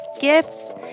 gifts